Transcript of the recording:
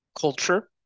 culture